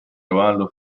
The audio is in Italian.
cavallo